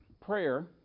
Prayer